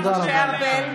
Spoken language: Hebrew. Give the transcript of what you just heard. תודה רבה לך.